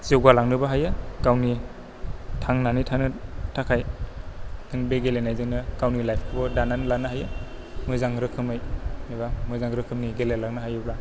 जौगालांनोबो हायो गावनि थांनानै थानो थाखाय बे गेलेनायजोंनो गावनि लाइफखौबो दानानै लानो हायो मोजां रोखोमै एबा मोजां रोखोमनि गेलेलांनो हायोब्ला